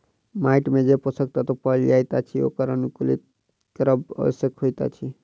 माइट मे जे पोषक तत्व पाओल जाइत अछि ओकरा अनुकुलित करब आवश्यक होइत अछि